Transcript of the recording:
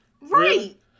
right